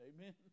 amen